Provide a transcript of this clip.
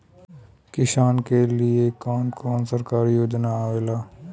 किसान के लिए कवन कवन सरकारी योजना आवेला?